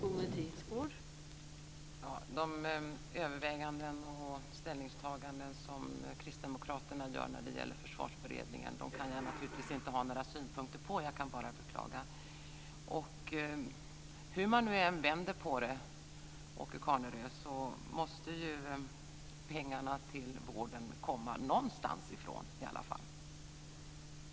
Fru talman! De överväganden och ställningstaganden som Kristdemokraterna gör när det gäller Försvarsberedningen kan jag naturligtvis inte ha några synpunkter på. Jag kan bara beklaga. Hur man än vänder på det, Åke Carnerö, måste ju pengarna till vården komma någonstans ifrån.